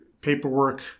paperwork